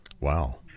Wow